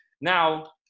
Now